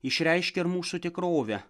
išreiškia ir mūsų tikrovę